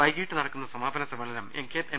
വൈകീട്ട് നാലിന് നടക്കുന്ന സമാപന സമ്മേളനം എം